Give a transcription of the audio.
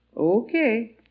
Okay